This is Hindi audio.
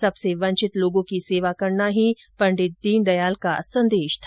सबसे वंचित लोगों की सेवा करना ही पंडित दीनदयाल का संदेश था